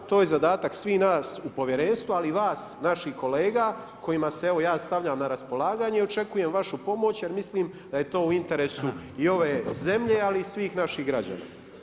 To je zadatak svih nas u povjerenstvu, ali i vas naših kolega, kojima se evo ja stavljam na raspolaganje i očekujem vašu pomoć, jer mislim da je to u interesu i ove zemlje, ali i svih naših građana.